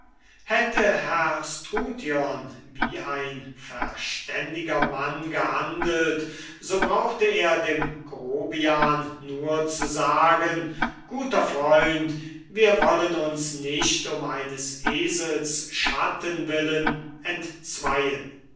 hätte der herr struthion wie ein verständiger mann gehandelt so brauchte er dem grobian nur zu sagen guter freund wir wollen uns nicht um eines eselsschattens willen entzweien